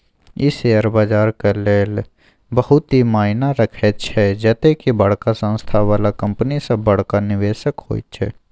ई share बजारक लेल बहुत ही मायना रखैत छै जते की बड़का संस्था बला कंपनी सब बड़का निवेशक होइत छै